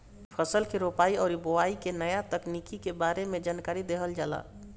फसल के रोपाई और बोआई के नया तकनीकी के बारे में जानकारी देहल जाला